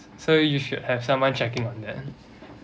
so you should have someone checking on then